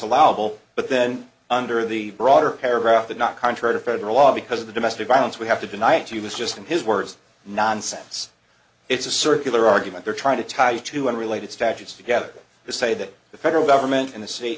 allowable but then under the broader paragraph the not contradict federal law because of the domestic violence we have to deny it to you is just in his words nonsense it's a circular argument they're trying to tie you to unrelated statutes together to say that the federal government in the